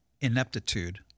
ineptitude